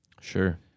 Sure